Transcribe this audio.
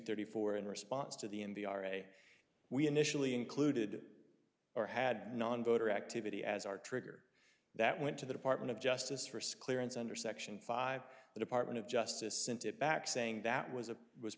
thirty four in response to the in the ira we initially included or had nonvoter activity as our trigger that went to the department of justice risk clearance under section five the department of justice sent it back saying that was a was